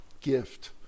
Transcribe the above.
gift